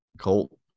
Colt